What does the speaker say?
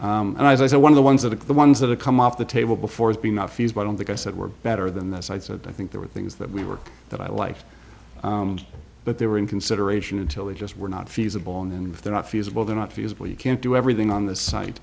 it and as i said one of the ones that are the ones that are come off the table before is be not fused i don't think i said we're better than this i said i think there were things that we work that i like but they were in consideration until they just were not feasible and they're not feasible they're not feasible you can't do everything on the si